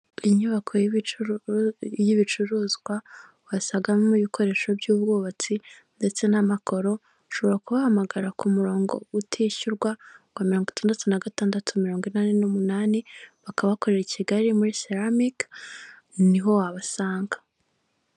Inyubako y’ibicuruzwa wasangamo ibikoresho by’ubwubatsi, ndetse n’amakaro ushobora kubahamagara ku murongo utishyurwa wa mirongo itandatu na gatandatu, mirongo inani n’umunani, bakaba bakorera i Kigali muri Siramiki, niho wabasanga.